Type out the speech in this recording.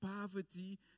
poverty